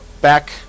back